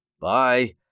Bye